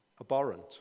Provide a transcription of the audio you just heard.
abhorrent